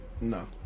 No